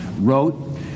wrote